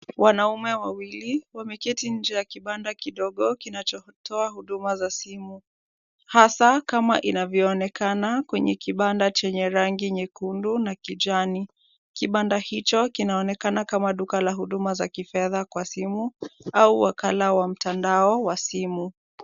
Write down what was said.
Wanaume wawili wameketi nje ya kibanda kidogo kinachotoa huduma za simu, hasa kama inavyoonekana kwenye kibanda chenye rangi nyekundu na kijani. Kibanda hicho kinaonekana kama duka la huduma za kifedha kwa simu au wakala wa mtandao wa simu.